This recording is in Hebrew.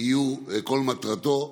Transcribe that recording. יהיו כל מטרתו.